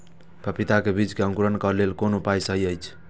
पपीता के बीज के अंकुरन क लेल कोन उपाय सहि अछि?